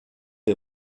des